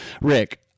Rick